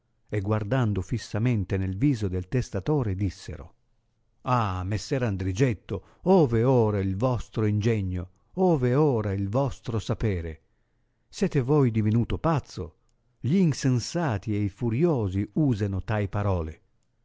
e guardando fissamente nel viso del testatore dissero ah messer andrigetto ove è ora il vostro ingegno ove è ora il vostro sapere sete voi divenuto pazzo gli insensati ed i furiosi useno tai parole